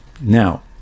Now